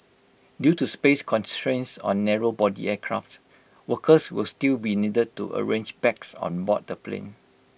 due to space constraints on narrow body aircraft workers will still be needed to arrange bags on board the plane